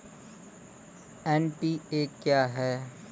NPA क्या हैं?